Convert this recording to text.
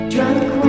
Drunk